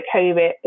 COVID